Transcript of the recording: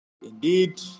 Indeed